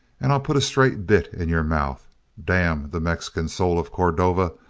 and i'll put a straight bit in your mouth damn the mexican soul of cordova,